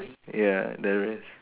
ya there is